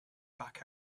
back